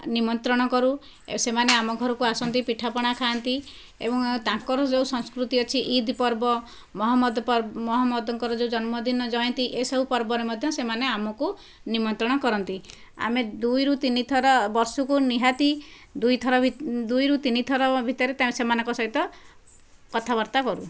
ନିମନ୍ତ୍ରଣ କରୁ ସେମାନେ ଆମ ଘରକୁ ଆସନ୍ତି ପିଠାପଣା ଖାଆନ୍ତି ଏବଂ ତାଙ୍କର ଯେଉଁ ସଂସ୍କୃତି ଅଛି ଇଦ୍ ପର୍ବ ମହମଦ ପର୍ବ ମହମଦଙ୍କର ଯେଉଁ ଜନ୍ମଦିନ ଜୟନ୍ତୀ ଏସବୁ ପର୍ବରେ ମଧ୍ୟ ସେମାନେ ଆମକୁ ନିମନ୍ତ୍ରଣ କରନ୍ତି ଆମେ ଦୁଇରୁ ତିନିଥର ବର୍ଷକୁ ନିହାତି ଦୁଇ ଥର ଦୁଇରୁ ତିନିଥର ଭିତରେ ସେମାନଙ୍କ ସହିତ କଥାବାର୍ତ୍ତା କରୁ